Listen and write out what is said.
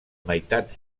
meitat